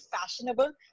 fashionable